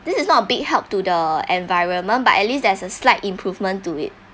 this is not a big help to the environment but at least there is a slight improvement to it